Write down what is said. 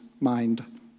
mind